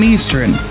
Eastern